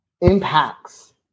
impacts